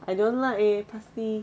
I don't like eh parsley